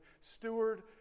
steward